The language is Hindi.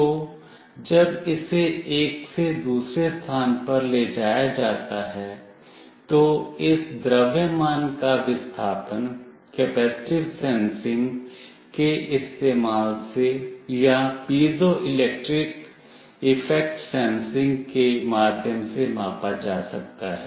तो जब इसे एक से दूसरे स्थान पर ले जाया जाता है तो इस द्रव्यमान का विस्थापन कैपेसिटिव सेंसिंग के इस्तेमाल से या पीज़ोइलेक्ट्रिक इफेक्ट सेंसिंग के माध्यम से मापा जा सकता है